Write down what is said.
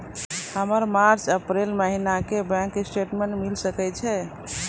हमर मार्च अप्रैल महीना के बैंक स्टेटमेंट मिले सकय छै?